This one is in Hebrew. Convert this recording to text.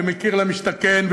ומחיר למשתכן,